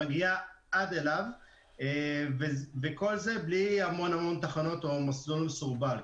מגיעה עד אליו וכל זה בלי המון תחנות או מסלול מסורבל,